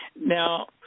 Now